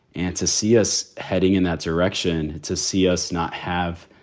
and to see us heading in that direction, to see us not have,